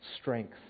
strength